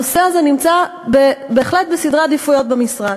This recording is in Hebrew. הנושא הזה נמצא בהחלט בסדרי עדיפויות במשרד.